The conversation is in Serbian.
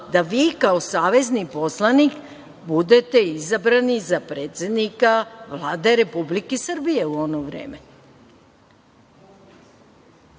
da vi kao savezni poslanik budete izabrani za predsednika Vlade Republike Srbije u ono vreme.